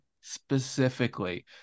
specifically